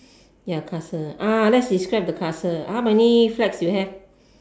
ya castle ah let's describe the castle how many flags you have